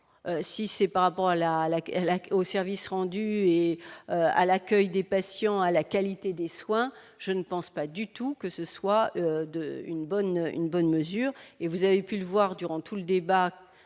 si c'est par rapport à la à la la au service rendu et à l'accueil des patients à la qualité des soins, je ne pense pas du tout que ce soit de une bonne, une bonne mesure et vous avez pu le voir durant tout le débat